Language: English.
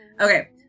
Okay